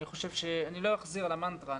אני לא אחזור על המנטרה,